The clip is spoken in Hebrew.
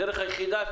הדרך היחידה,